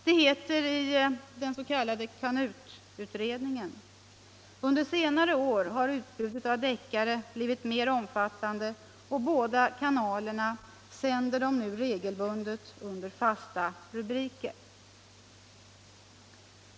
Det heter i den s.k. Kanalutredningen att under senare år har utbudet av deckare blivit mer omfattande och båda kanalerna sänder dem nu regelbundet under fasta rubriker.